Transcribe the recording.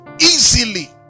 easily